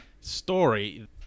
Story